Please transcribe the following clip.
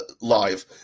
live